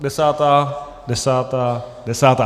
Desátá, desátá, desátá.